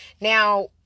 now